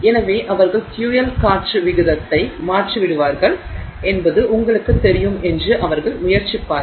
எனவே அவர்கள் ஃபியூயல் காற்று விகிதத்தை மாற்றிவிடுவார்கள் என்பது உங்களுக்குத் தெரியும் என்று அவர்கள் முயற்சிப்பார்கள்